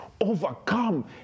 overcome